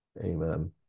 Amen